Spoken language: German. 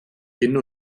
hin